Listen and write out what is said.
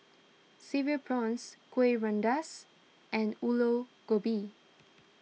Cereal Prawns Kuih Rengas and Aloo Gobi